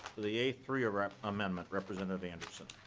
the a three ah amendment representative anderson.